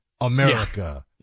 America